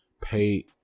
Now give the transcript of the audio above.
pay